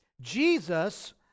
Jesus